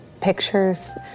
pictures